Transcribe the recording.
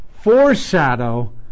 foreshadow